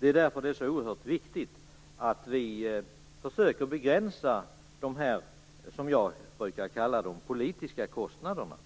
Det är därför så oerhört viktigt att vi försöker att begränsa de, som jag brukar kalla dem, politiska kostnaderna,